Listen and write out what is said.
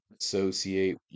associate